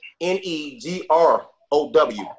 N-E-G-R-O-W